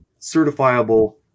certifiable